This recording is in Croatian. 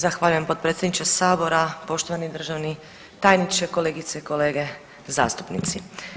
Zahvaljujem potpredsjedniče sabora, poštovani državni tajniče, kolegice i kolege zastupnici.